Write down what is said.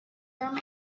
urim